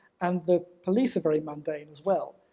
and the police are very mundane as well.